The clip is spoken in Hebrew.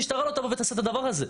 למה שהמשטרה לא תבוא ותעשה את הדבר הזה?